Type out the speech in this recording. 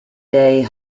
day